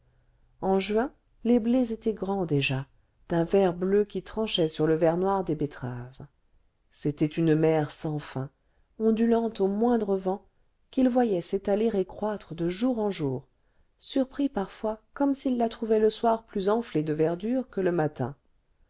en juin les blés étaient grands déjà d'un vert bleu qui tranchait sur le vert noir des betteraves c'était une mer sans fin ondulante au moindre vent qu'il voyait s'étaler et croître de jour en jour surpris parfois comme s'il la trouvait le soir plus enflée de verdure que le matin